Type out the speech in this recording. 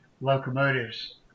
locomotives